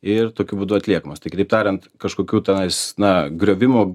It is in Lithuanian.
ir tokiu būdu atliekamas tai kitaip tariant kažkokių tenais na griovimo